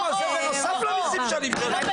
זה בנוסף למיסים שאני משלם.